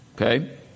okay